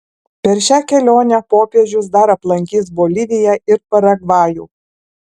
per šią kelionę popiežius dar aplankys boliviją ir paragvajų